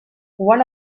one